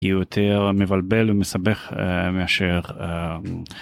יותר מבלבל ומסבך מאשר...